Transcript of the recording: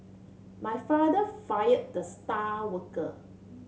my father fire the star worker